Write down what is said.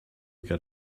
get